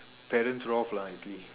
parent's wrath lah I agree